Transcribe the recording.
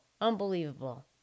Unbelievable